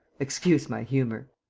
excuse my humour